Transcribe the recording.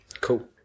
Cool